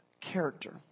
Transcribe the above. character